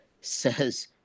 says